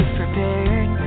prepared